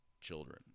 children